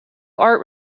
art